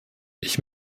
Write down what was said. ich